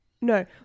no